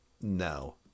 no